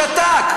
הוא שתק.